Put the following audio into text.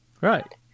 Right